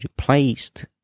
replaced